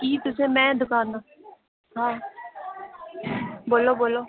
ई तुसें मैं दकानां हां बोल्लो बोल्लो